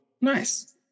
nice